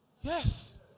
Yes